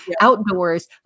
outdoors